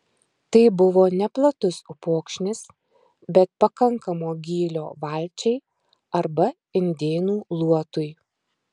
tai buvo neplatus upokšnis bet pakankamo gylio valčiai arba indėnų luotui